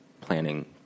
planning